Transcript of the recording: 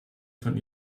von